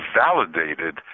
validated